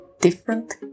different